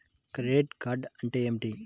Credit card అంటే ఏమిటి?